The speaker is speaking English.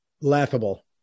laughable